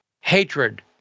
hatred